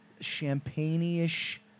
champagne-ish